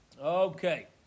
Okay